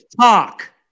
talk